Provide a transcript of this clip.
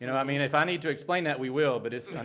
you know. i mean, if i need to explain that, we will. but it's